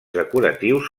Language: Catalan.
decoratius